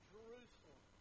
Jerusalem